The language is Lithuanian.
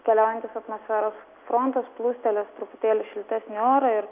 keliaujantis atmosferos frontas plūstelės truputėlį šiltesnį orą ir